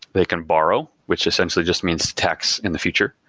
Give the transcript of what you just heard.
they can borrow, which essentially just means tax in the future,